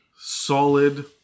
solid